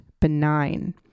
benign